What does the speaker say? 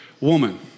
woman